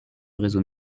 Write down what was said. réseau